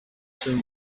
ishami